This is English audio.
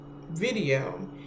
video